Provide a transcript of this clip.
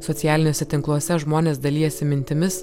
socialiniuose tinkluose žmonės dalijasi mintimis